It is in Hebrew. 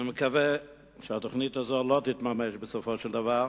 אני מקווה שהתוכנית הזו לא תתממש בסופו של דבר,